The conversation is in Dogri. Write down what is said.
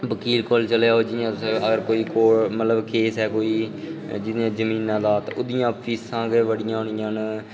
बकील कोल चली जाओ जि'यां कोई मतलब केस ऐ कोई जि'यां जमाना दा तां ओह्दियां फीसां गै बड़ियां होनिंयां न